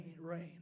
rain